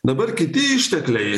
dabar kiti ištekliai